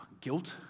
guilt